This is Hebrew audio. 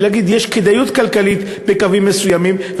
צריך להגיד: יש כדאיות כלכלית בקווים מסוימים.